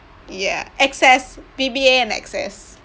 ya Access V_B_A_ and Access